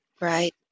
Right